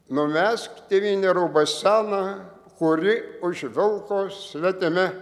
numesk tėvyne rūbą seną kurį užvilko svetimi